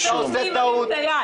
אתה עושה טעות.